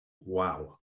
Wow